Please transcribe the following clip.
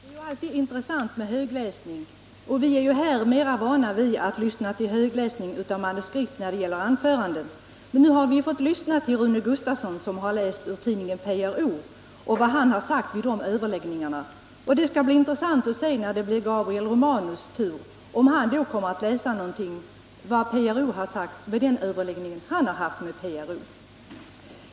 Herr talman! Det är alltid intressant med högläsning. Här är vi vana vid att lyssna till högläsning ur manuskript till anföranden. Men nu har vi fått lyssna till Rune Gustavsson som läst ur PRO:s tidning om vad han sagt i överläggningar med den organisationen. Det skall bli intressant att se, när det blir Gabriel Romanus tur, om han då kommer att läsa någonting om vad han sagt vid den överläggning som han haft med PRO.